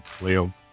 Leo